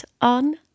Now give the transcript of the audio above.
on